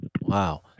Wow